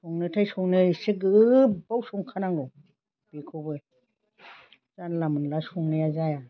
संनोथाय संनो इसे गोब्बाव संखानांगौ बेखौबो जानला मोनला संनाया जाया